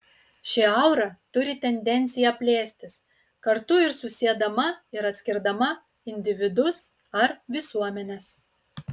ši aura turi tendenciją plėstis kartu ir susiedama ir atskirdama individus ar visuomenes